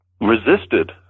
resisted